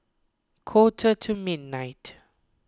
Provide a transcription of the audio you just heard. quarter to midnight